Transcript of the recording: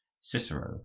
Cicero